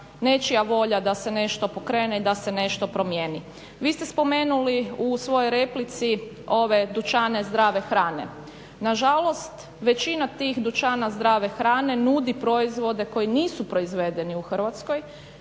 nečija volja da se nešto pokrene i da se nešto promijeni. Vi ste spomenuli u svojoj replici ove dućane zdrave hrane. Nažalost, većina tih dućana zdrave hrane nudi proizvode koji nisu proizvedeni u Hrvatskoj